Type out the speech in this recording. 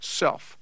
self